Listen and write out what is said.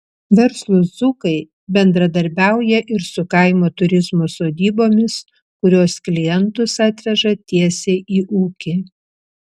verslūs dzūkai bendradarbiauja ir su kaimo turizmo sodybomis kurios klientus atveža tiesiai į ūkį